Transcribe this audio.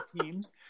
teams